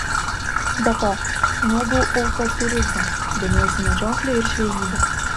be to mėgau autoturizmą domėjausi medžiokle ir žvejyba